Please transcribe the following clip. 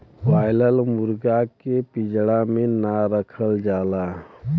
broiler मुरगा के पिजड़ा में ना रखल जाला